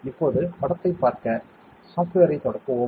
இப்போது படத்தைப் பார்க்க சாப்ட்வேர்ரை தொடங்குவோம்